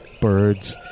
birds